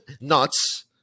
nuts